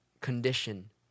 condition